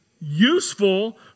useful